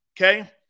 okay